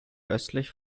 östlich